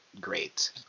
great